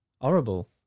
Horrible